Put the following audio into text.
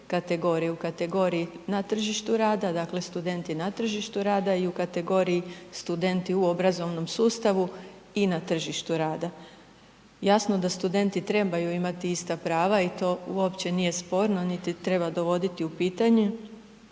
U kategoriji na tržištu rada, dakle studenti na tržištu rada i u kategoriji studenti u obrazovnom sustavi i na tržištu rada. Jasno da studenti trebaju imati ista prava i to uopće nije sporno niti treba dovoditi u pitanje.